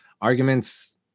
arguments